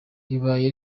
ribaye